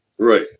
Right